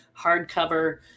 hardcover